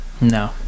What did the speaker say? No